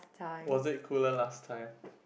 was it cooler last time